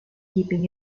keeping